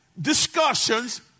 discussions